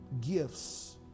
gifts